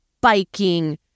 biking